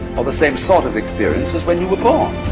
or the same sort of experience when you were born.